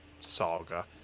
saga